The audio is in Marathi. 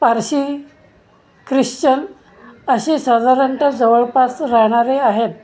पारशी क्रिश्चन असे साधारणतः जवळपास राहणारे आहेत